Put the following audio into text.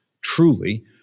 truly